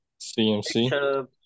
CMC